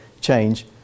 change